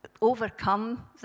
overcome